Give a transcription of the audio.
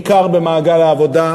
בעיקר במעגל העבודה,